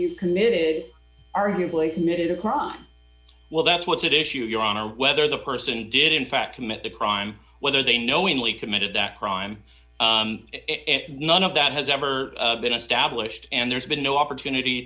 you've committed arguably minute a crime well that's what's at issue your honor whether the person did in fact commit the crime whether they knowingly committed that crime none of that has ever been established and there's been no opportunity